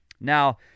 Now